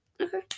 Okay